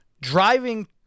driving